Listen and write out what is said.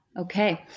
Okay